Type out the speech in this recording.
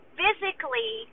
physically